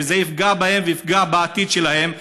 וזה יפגע בהם ויפגע בעתיד שלהם.